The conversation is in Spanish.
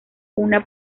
una